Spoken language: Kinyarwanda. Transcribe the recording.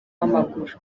w’amaguru